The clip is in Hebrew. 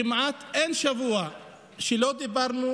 כמעט אין שבוע שלא דיברנו